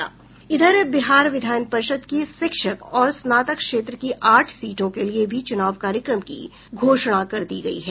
बिहार विधान परिषद की शिक्षक और स्नातक क्षेत्र की आठ सीटों के लिए भी चुनाव कार्यक्रम की घोषणा कर दी गयी है